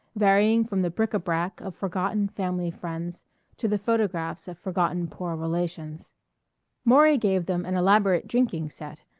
varying from the bric-a-brac of forgotten family friends to the photographs of forgotten poor relations maury gave them an elaborate drinking set,